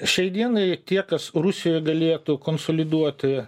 šiai dienai tie kas rusijoj galėtų konsoliduoti